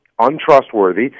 untrustworthy